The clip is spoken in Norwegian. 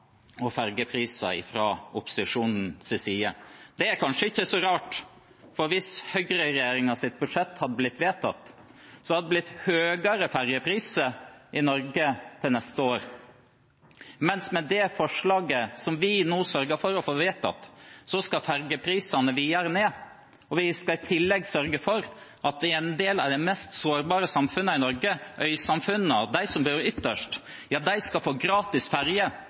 side. Det er kanskje ikke så rart, for hvis høyreregjeringens budsjett hadde blitt vedtatt, hadde det blitt høyere ferjepriser i Norge til neste år, mens med det forslaget vi nå sørger for å få vedtatt, skal ferjeprisene videre ned, og vi skal i tillegg sørge for at i en del av de mest sårbare samfunnene i Norge, øysamfunnene, de som bor ytterst, skal de få gratis ferje.